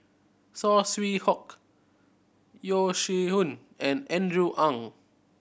Saw Swee Hock Yeo Shih Yun and Andrew Ang